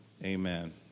Amen